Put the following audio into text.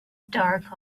dark